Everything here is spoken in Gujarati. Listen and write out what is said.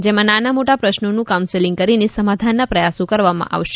જેમાં નાના મોટા પ્રશ્નોનું કાઉન્સેલિંગ કરીને સમાધાનના પ્રયાસો કરવામાં આવશે